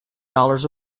dollars